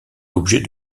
l’objet